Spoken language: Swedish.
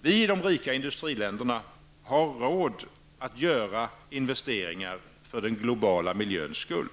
Vi i de rika industriländerna har råd att göra investeringar för den globala miljöns skull.